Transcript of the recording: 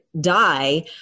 die